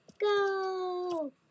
go